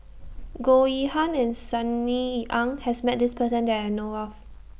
Goh Yihan and Sunny Ang has Met This Person that I know of